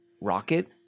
rocket